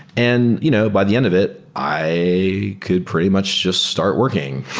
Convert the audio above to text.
and you know by the end of it, i could pretty much just start working.